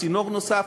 צינור נוסף,